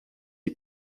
die